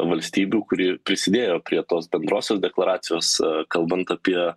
valstybių kuri prisidėjo prie tos bendrosios deklaracijos kalbant apie